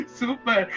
super